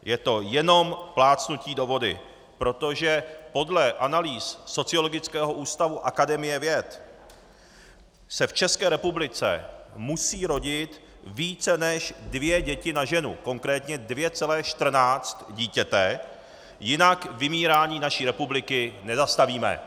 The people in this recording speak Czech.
Je to jenom plácnutí do vody, protože podle analýz Sociologického ústavu Akademie věc se v České republice musí rodit více než dvě děti na ženu, konkrétně 2,14 dítěte, jinak vymírání naší republiky nezastavíme.